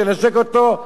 תנשק אותו,